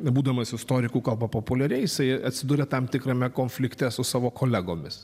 būdamas istoriku kalba populiariai jis atsiduria tam tikrame konflikte su savo kolegomis